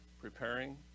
preparing